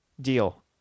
deal